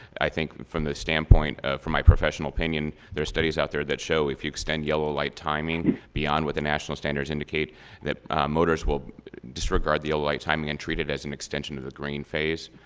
i think from the standpoint of, from my professional opinion, there's studies out there that show if you extend yellow light timing beyond what the national standards indicate that motorists will disregard the yellow light timing and treat it as an extension of the green phase.